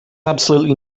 absolutely